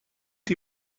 die